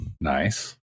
Nice